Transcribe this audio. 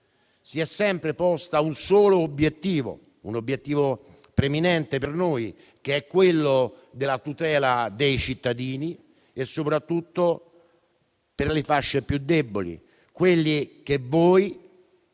si è sempre posto un solo obiettivo - un obiettivo preminente per noi - che è quello della tutela dei cittadini e soprattutto delle fasce più deboli, quelle che voi